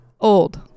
old